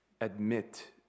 admit